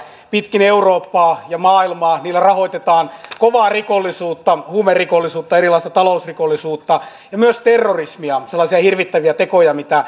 pitkin eurooppaa ja maailmaa niillä rahoitetaan kovaa rikollisuutta huumerikollisuutta erilaista talousrikollisuutta ja myös terrorismia sellaisia hirvittäviä tekoja